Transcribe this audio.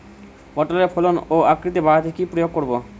পটলের ফলন ও আকৃতি বাড়াতে কি প্রয়োগ করব?